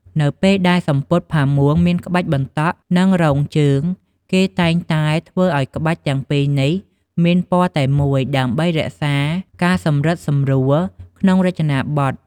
នៅពេលដែលសំពត់ផាមួងមានក្បាច់បន្តក់ និងរងជើង គេតែងតែធ្វើឲ្យក្បាច់ទាំងពីរនេះមានពណ៌តែមួយ ដើម្បីរក្សាការសម្រិតសម្រួលក្នុងរចនាប័ទ្ម។